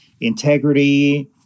integrity